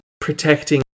protecting